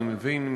אני מבין,